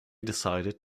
decided